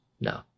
no